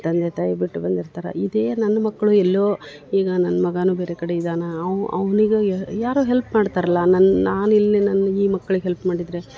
ತಂದೆ ತಾಯಿ ಬಿಟ್ಟು ಬಂದಿರ್ತಾರೆ ಇದೇ ನನ್ನ ಮಕ್ಕಳು ಎಲ್ಲೋ ಈಗ ನನ್ನ ಮಗಾನು ಬೇರೆ ಕಡೆ ಇದಾನೆ ಅವನೀಗ ಯಾರೋ ಹೆಲ್ಪ್ ಮಾಡ್ತರಲ್ಲ ನನ್ನ ನಾನಿಲ್ಲಿ ನನ್ನ ಈ ಮಕ್ಳಿಗೆ ಹೆಲ್ಪ್ ಮಾಡಿದ್ರೆ